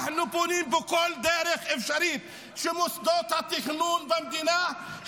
אנחנו פונים בכל דרך אפשרית למוסדות התכנון במדינה -- נא לסיים.